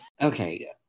Okay